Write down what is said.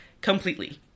completely